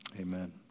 Amen